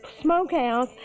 smokehouse